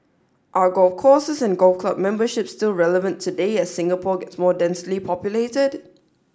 are golf courses and golf club memberships still relevant today as Singapore gets more densely populated